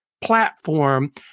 platform